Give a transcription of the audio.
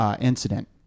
incident